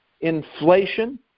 inflation